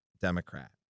Democrat